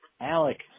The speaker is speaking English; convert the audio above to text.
Alec